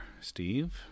Steve